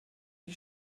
die